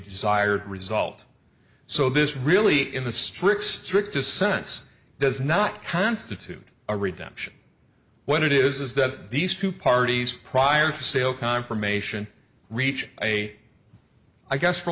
desired result so this really in the strict strictest sense does not constitute a redemption when it is that these two parties prior to sale confirmation reach a i guess for